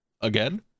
Again